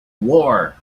war